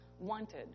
Wanted